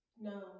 no